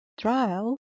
Trial